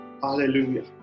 hallelujah